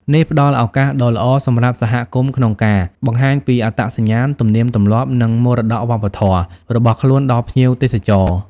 នេះផ្តល់ឱកាសដ៏ល្អសម្រាប់សហគមន៍ក្នុងការ បង្ហាញពីអត្តសញ្ញាណ ទំនៀមទម្លាប់ និងមរតកវប្បធម៌ របស់ខ្លួនដល់ភ្ញៀវទេសចរ។